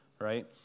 right